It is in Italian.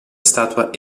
statua